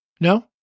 No